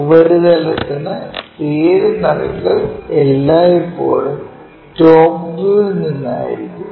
ഉപരിതലത്തിനു പേര് നൽകൽ എല്ലായ്പ്പോഴും ടോപ് വ്യൂവിൽ നിന്നായിരിക്കും